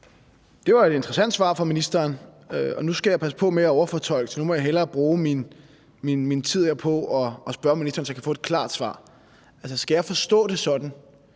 Det var et interessant svar fra ministeren. Nu skal jeg passe på med at overfortolke, så nu må jeg hellere bruge min tid her på at spørge ministeren, så jeg kan få et klart svar. Skal jeg forstå det sådan,